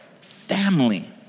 Family